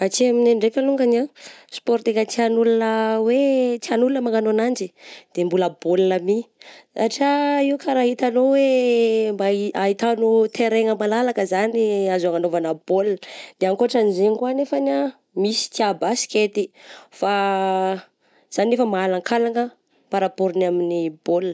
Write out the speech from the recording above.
Aty aminay ndraika longany ah, sport tegna tian'ny olona hoe tian'ny olona magnano ananjy eh de mbola bôl my, satria io kara hitanao hoe mba i-ahitanao terraigna malalaka zany azo anaovagna bôl, de akotran'ny zegny koa anefany ah, misy tià basikety, fa izany nefa mahalankalagna par rapport ny amin'ny bôl.